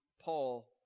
Paul